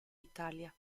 italia